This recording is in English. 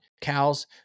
cows